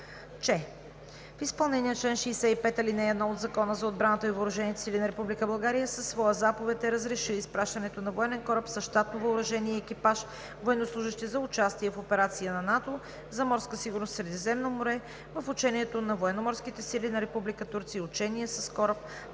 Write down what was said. че в изпълнение на чл. 65, ал. 1 от Закона за отбраната и въоръжените сили на Република България със своя заповед е разрешил изпращането на военен кораб с щатно въоръжение и екипаж военнослужещи за участие в операция на НАТО за морска сигурност в Средиземно море в учението на Военноморските сили на Република Турция и учение с кораб на